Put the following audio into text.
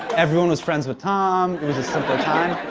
everyone was friends with tom. it was a simpler time.